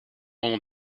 onder